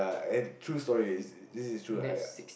and true story this this is true I